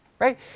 right